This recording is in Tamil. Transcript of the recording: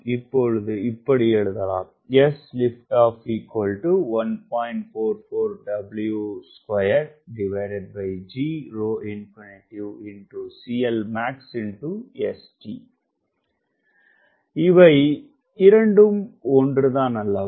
இப்படி எழுதலாம் இவை இரண்டும் ஒன்று தான் அல்லவா